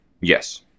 Yes